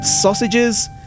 sausages